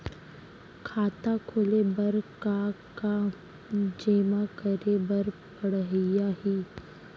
खाता खोले बर का का जेमा करे बर पढ़इया ही?